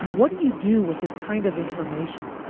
what do you do with this kind of information?